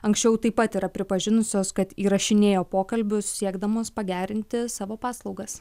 anksčiau taip pat yra pripažinusios kad įrašinėjo pokalbius siekdamos pagerinti savo paslaugas